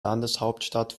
landeshauptstadt